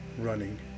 running